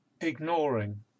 ignoring